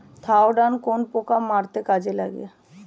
Thiodan কোন পোকা মারতে কাজে লাগে?